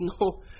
no